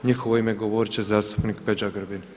U njihovo ime govorit će zastupnik Peđa Grbin.